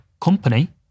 company